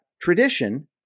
tradition